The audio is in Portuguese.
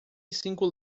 cinco